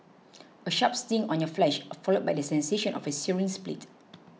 a sharp sting on your flesh followed by the sensation of a searing split